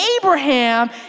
Abraham